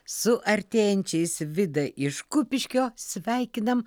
su artėjančiais vida iš kupiškio sveikinam